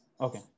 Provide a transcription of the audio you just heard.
Okay